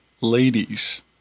ladies